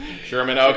Sherman